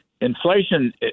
inflation